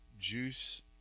juice